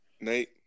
Nate